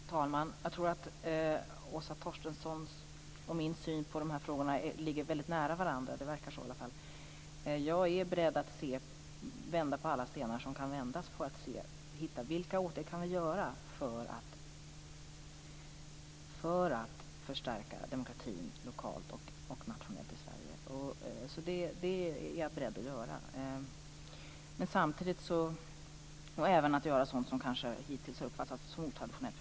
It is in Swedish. Fru talman! Jag tror att Åsa Torstenssons och min syn på de här frågorna ligger mycket nära varandra. Det känns så. Jag är beredd att vända på alla stenar som kan vändas för att se vilka åtgärder vi kan vidta för att förstärka demokratin lokalt och nationellt i Sverige. Det är jag beredd att göra, och även sådant som kanske hittills har uppfattats som otraditionellt.